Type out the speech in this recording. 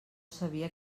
sabia